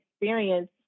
experience